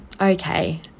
Okay